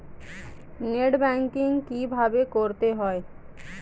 Net banking কীভাবে করতে হয়?